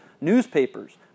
Newspapers